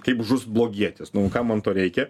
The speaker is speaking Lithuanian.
kaip žus blogietis nu kam man to reikia